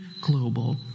global